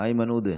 איימן עודה,